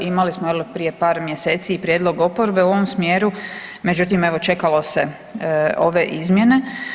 Imali smo prije par mjeseci i prijedlog oporbe u ovom smjeru, međutim evo čekalo se ove izmjene.